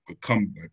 come